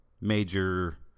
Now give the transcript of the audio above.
major